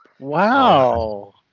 Wow